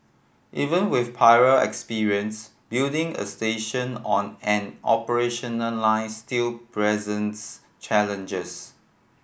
even with prior experience building a station on an operational line still presents challenges